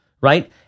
right